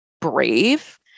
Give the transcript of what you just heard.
brave